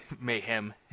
mayhem